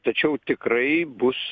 tačiau tikrai bus